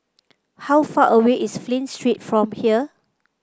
how far away is Flint Street from here